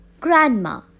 Grandma